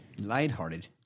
Lighthearted